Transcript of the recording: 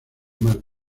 mar